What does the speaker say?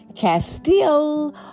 Castile